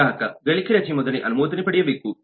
ಗ್ರಾಹಕ ಗಳಿಕೆ ರಜೆ ಮೊದಲೇ ಅನುಮೋದನೆ ಪಡೆಯಬೇಕು